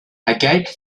agate